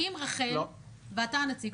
ואתה הנציג.